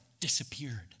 disappeared